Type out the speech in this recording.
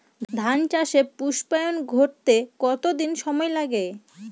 ধান চাষে পুস্পায়ন ঘটতে কতো দিন সময় লাগে?